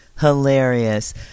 hilarious